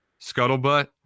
scuttlebutt